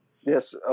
Yes